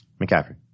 McCaffrey